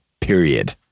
period